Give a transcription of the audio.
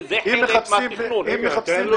זה חלק מן התכנון.